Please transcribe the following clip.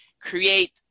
create